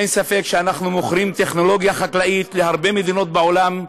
אין ספק שאנחנו מוכרים טכנולוגיה חקלאית להרבה מדינות בעולם,